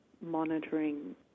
monitoring